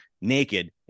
naked